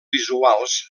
visuals